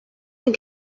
and